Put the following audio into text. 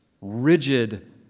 rigid